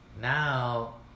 Now